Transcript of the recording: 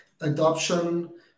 adoption